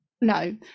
No